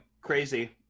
crazy